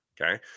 okay